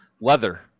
leather